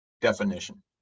definition